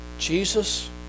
Jesus